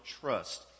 trust